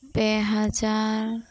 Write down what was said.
ᱯᱮ ᱦᱟᱡᱟᱨ